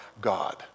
God